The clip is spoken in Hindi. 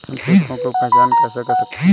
हम कीटों की पहचान कैसे कर सकते हैं?